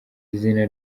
izina